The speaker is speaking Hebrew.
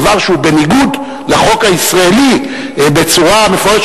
דבר שהוא בניגוד לחוק הישראלי בצורה מפורשת,